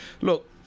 look